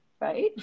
right